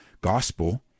Gospel